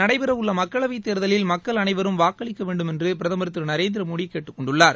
நடைபெற உள்ள மக்களவை தேர்தலில் மக்கள் அனைவரும் வாக்களிக்க வேண்டுமென்று பிரதமா் திரு நரேந்திர மோடி கேட்டுக்கொண்டுள்ளார்